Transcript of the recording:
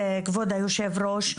כבוד היושב-ראש,